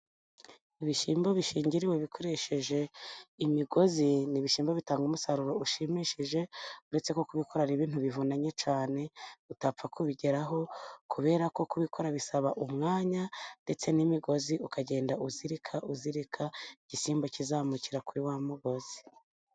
Ibishyimbo bishingiriwe bikoresheje imigozi, n'ibishyimbo bitanga umusaruro ushimishije, uretse ko kubikora ari ibintu bivunanye cyane utapfa kubigeraho, kubera ko kubikora bisaba umwanya ndetse n'imigozi ukagenda uzirika uzirika, igishyimba kizamukira kuri wa mugozi.